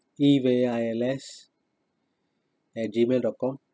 E V I L S less at Gmail dot com